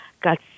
got